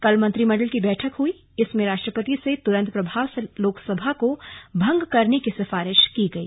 कल मंत्रिमंडल की बैठक हुई इसमें राष्ट्रपति से तुरंत प्रभाव से लोकसभा को भंग करने की सिफारिश की गई